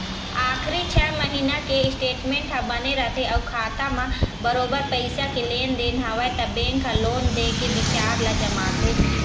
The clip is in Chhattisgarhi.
आखरी छै महिना के स्टेटमेंट ह बने रथे अउ खाता म बरोबर पइसा के लेन देन हवय त बेंक ह लोन दे के बिचार ल जमाथे